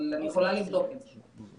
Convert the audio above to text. אני יכולה לבדוק את זה.